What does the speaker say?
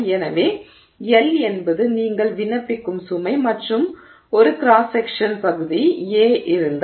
எனவே L என்பது நீங்கள் விண்ணப்பிக்கும் சுமை மற்றும் ஒரு கிராஸ் செக்க்ஷன் பகுதி A இருந்தால்